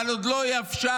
אבל עוד לא יבשה